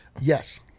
Yes